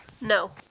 no